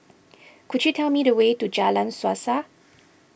could you tell me the way to Jalan Suasa